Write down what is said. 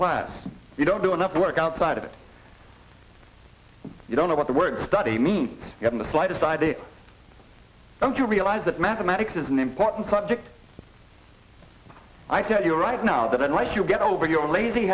class you don't do enough work outside of it you don't know what the word study mean you haven't the slightest idea and you realize that mathematics is an important subject i tell you right now that unless you get over your lazy